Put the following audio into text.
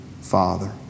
father